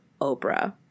Oprah